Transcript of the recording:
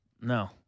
No